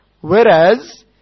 Whereas